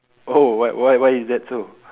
oh what why why is that so